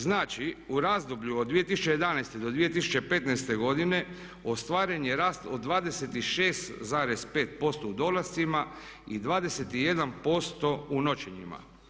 Znači u razdoblju od 2011. do 2015. godine ostvaren je rast od 26,5% u dolascima i 21% u noćenjima.